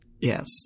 yes